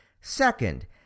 Second